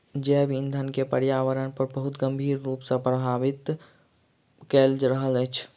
जैव ईंधन के पर्यावरण पर बहुत गंभीर रूप सॅ प्रभावित कय रहल अछि